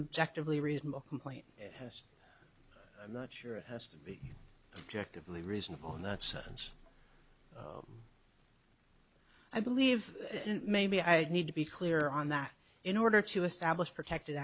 objective a reasonable complaint has i'm not sure it has to be effectively reasonable in that sense i believe maybe i need to be clear on that in order to establish protected